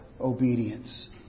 obedience